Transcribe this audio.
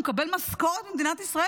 הוא מקבל משכורת ממדינת ישראל,